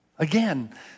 Again